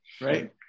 right